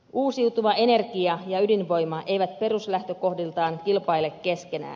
uusiutuva energia ja ydinvoima eivät peruslähtökohdiltaan kilpaile keskenään